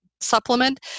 supplement